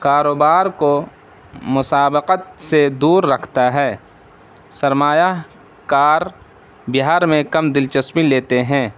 کاروبار کو مسابقت سے دور رکھتا ہے سرمایہ کار بہار میں کم دلچسپی لیتے ہیں